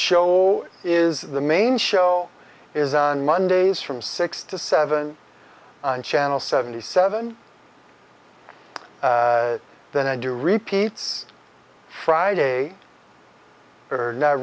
show is the main show is on mondays from six to seven and channel seventy seven than i do repeats friday or n